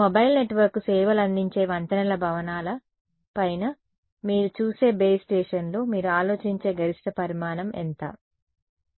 మీ mobile నెట్వర్క్కు సేవలందించే వంతెనల భవనాల పైన మీరు చూసే బేస్ స్టేషన్లు మీరు ఆలోచించే గరిష్ట పరిమాణం ఎంత ఎంత